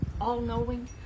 all-knowing